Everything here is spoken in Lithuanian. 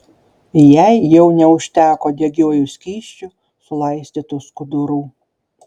jai jau neužteko degiuoju skysčiu sulaistytų skudurų